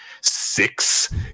six